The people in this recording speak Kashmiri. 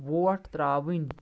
ووٹ ترٛاوٕنۍ